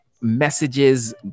messages